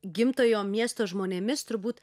gimtojo miesto žmonėmis turbūt